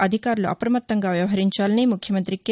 అధికారులు అప్రమత్తంగా వ్యవహరించాలని ముఖ్యమంతి కె